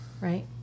right